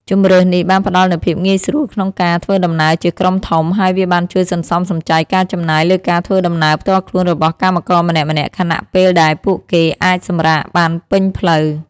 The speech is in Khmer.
ជម្រើសនេះបានផ្តល់នូវភាពងាយស្រួលក្នុងការធ្វើដំណើរជាក្រុមធំ ហើយវាបានជួយសន្សំសំចៃការចំណាយលើការធ្វើដំណើរផ្ទាល់ខ្លួនរបស់កម្មករម្នាក់ៗ ខណៈពេលដែលពួកគេអាចសម្រាកបានពេញផ្លូវ។